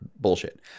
bullshit